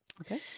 Okay